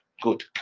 good